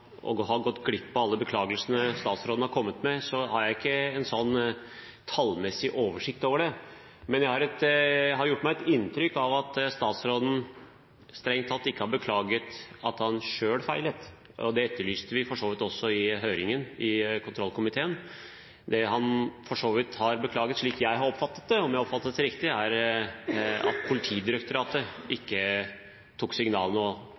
har fått inntrykk av at statsråden strengt tatt ikke har beklaget at han selv feilet. Det etterlyste vi for så vidt også i høringen i kontrollkomiteen. Det han for så vidt har beklaget, om jeg har oppfattet det riktig, er at Politidirektoratet ikke tok signalene, at folk under ham ikke tok signalene